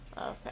Okay